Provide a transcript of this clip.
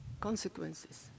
consequences